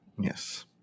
Yes